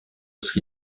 sri